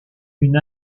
une